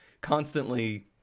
constantly